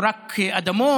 או רק אדמות,